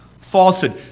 falsehood